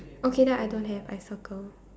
okay then I don't have I circle